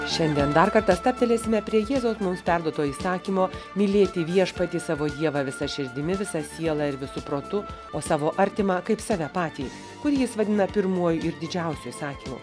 šiandien dar kartą stabtelėsime prie jėzaus mums perduoto įsakymo mylėti viešpatį savo dievą visa širdimi visa siela ir visu protu o savo artimą kaip save patį kurį jis vadina pirmuoju ir didžiausiu įsakymu